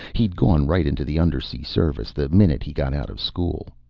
he'd gone right into the undersea service the minute he got out of school.